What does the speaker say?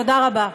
תודה רבה.